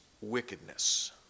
wickedness